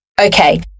okay